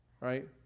Right